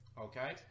okay